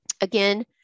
Again